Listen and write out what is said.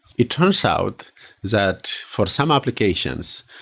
it turns out that for some application, so